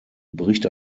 bricht